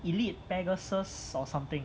elite pegasus or something